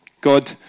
God